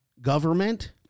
government